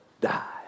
Die